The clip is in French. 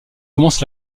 commence